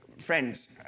friends